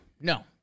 no